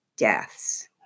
deaths